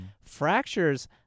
Fractures